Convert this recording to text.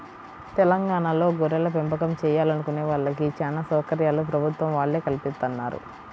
తెలంగాణాలో గొర్రెలపెంపకం చేయాలనుకునే వాళ్ళకి చానా సౌకర్యాలు ప్రభుత్వం వాళ్ళే కల్పిత్తన్నారు